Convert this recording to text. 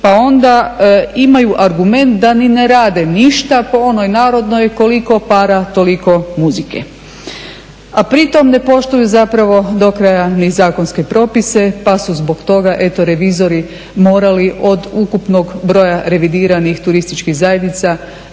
pa onda imaju argument da ni ne rade ništa, po onoj narodnoj "koliko para toliko muzike", a pritom ne poštuju zapravo do kraja ni zakonske propise pa su zbog toga revizori morali od ukupnog broja revidiranih turističkih zajednica 2/3 njih